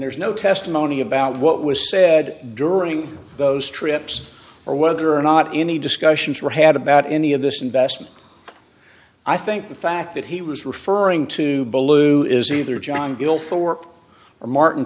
there's no testimony about what was said during those trips or whether or not any discussions were had about any of this investment i think the fact that he was referring to blue is either john hill for or martin